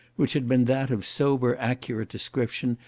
which had been that of sober accurate description,